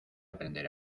aprender